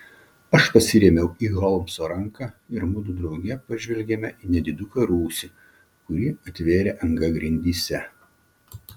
aš pasirėmiau į holmso ranką ir mudu drauge pažvelgėme į nediduką rūsį kurį atvėrė anga grindyse